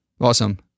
Awesome